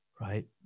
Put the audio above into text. right